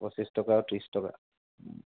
পঁচিছ টকা আৰু ত্ৰিছ টকা